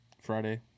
Friday